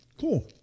cool